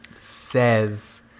says